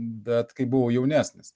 bet kai buvau jaunesnis